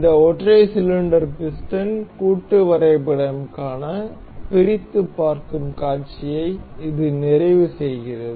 இந்த ஒற்றை cylinder piston கூட்டு வரைபடம்க்கான பிரித்துப் பார்க்கும் காட்சியை இது நிறைவு செய்கிறது